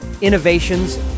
innovations